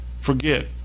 forget